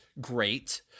great